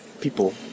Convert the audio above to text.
people